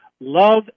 Love